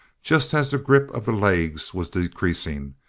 just as the grip of the legs was decreasing,